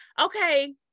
Okay